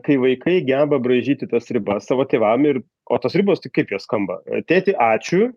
kai vaikai geba braižyti tas ribas savo tėvam ir o tos ribos tai kaip jos skamba tėti ačiū